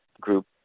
group